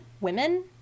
women